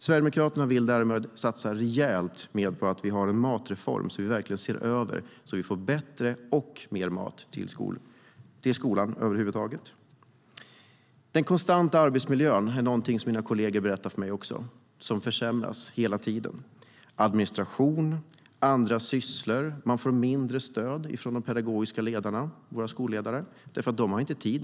Sverigedemokraterna vill satsa rejält på att vi får en matreform så att vi verkligen ser över och får bättre och mer mat till skolan över huvud taget. Någonting som mina kolleger berättat för mig är den konstant sämre arbetsmiljön. Den försämras hela tiden. Det är administration och andra sysslor. De får mindre stöd från de pedagogiska ledarna, våra skolledare, eftersom de inte har tid.